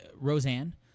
Roseanne